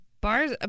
bars